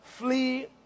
Flee